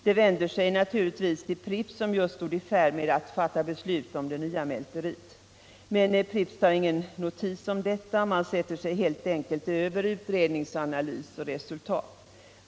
Det vände sig naturligtvis till Pripps, som just stod i färd med att fatta beslut om det nya mälteriet. Men Pripps tar ingen notis om detta utan sätter sig helt enkelt över utredningsanalys och resultat.